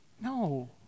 No